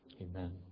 Amen